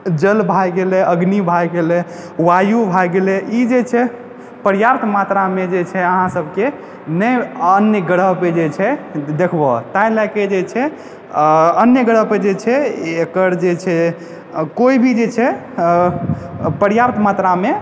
जल भय गेले अग्नि भय गेले वायु भय गेले ई जे छै पर्याप्त मात्रा मे जे छै अहाँ सबके नहि अन्य ग्रह पर जे छै देखबह तैं लऽ कऽ जे छै आ अन्य ग्रह पर जे छे एकर जे छै कोई भी जे छै आ पर्याप्त मात्रा मे